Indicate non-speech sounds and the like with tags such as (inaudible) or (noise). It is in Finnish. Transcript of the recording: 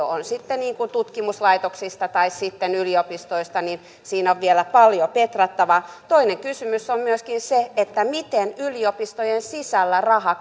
(unintelligible) on sitten kyse tutkimuslaitoksista tai sitten yliopistoista on vielä paljon petrattavaa toinen kysymys on myöskin miten yliopistojen sisällä raha (unintelligible)